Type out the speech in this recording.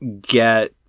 get